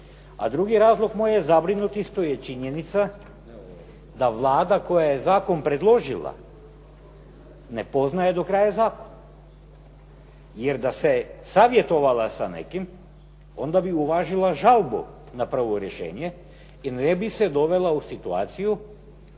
a drugi razlog moje zabrinutosti isto je činjenica da Vlada koja je zakon predložila ne poznaje do kraja zakon, jer da se savjetovala sa nekim, onda bi uvažila žalbu na prvo rješenje i ne bi se dovela u situaciju